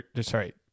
Sorry